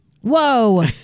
Whoa